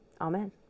amen